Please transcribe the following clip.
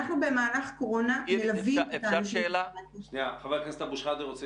אנחנו במהלך הקורונה מלווים את האנשים- -- ח"כ אבו שחאדה רוצה